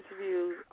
interviews